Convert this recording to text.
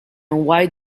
why